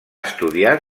estudiar